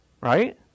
Right